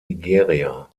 nigeria